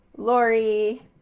Lori